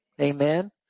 Amen